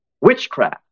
witchcraft